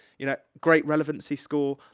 you know, great relevancy score,